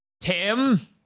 Tim